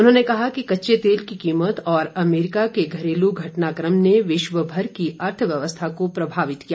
उन्होंने कहा कि कच्चे तेल की कीमत और अमरीका के घरेलू घटनाक्रम ने विश्वभर की अर्थव्यवस्थाओं को प्रभावित किया है